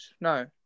no